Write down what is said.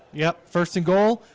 yep first and goal,